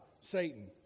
Satan